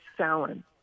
Salon